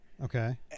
Okay